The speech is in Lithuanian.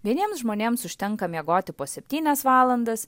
vieniems žmonėms užtenka miegoti po septynias valandas